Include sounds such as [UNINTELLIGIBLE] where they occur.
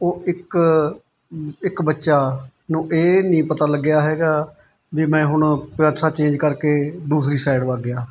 ਉਹ ਇੱਕ [UNINTELLIGIBLE] ਇੱਕ ਬੱਚਾ ਨੂੰ ਇਹ ਨਹੀਂ ਪਤਾ ਲੱਗਿਆ ਹੈਗਾ ਵੀ ਮੈਂ ਹੁਣ ਪਾਸਾ ਚੇਂਜ ਕਰਕੇ ਦੂਸਰੀ ਸਾਈਡ ਵੱਗ ਗਿਆ